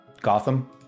Gotham